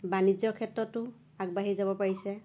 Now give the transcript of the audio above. বাণিজ্য ক্ষেত্ৰতো আগবাঢ়ি যাব পাৰিছে